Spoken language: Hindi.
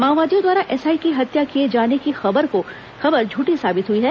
माओवादियों द्वारा एसआई की हत्या किए जाने की खबर झूठी साबित हुई है